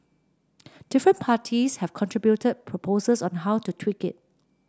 different parties have contributed proposals on how to tweak it